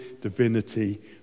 divinity